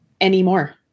anymore